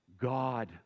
God